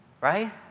Right